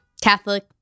Catholic